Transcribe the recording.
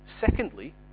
secondly